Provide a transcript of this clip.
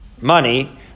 money